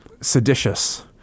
seditious